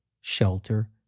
shelter